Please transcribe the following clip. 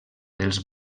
dels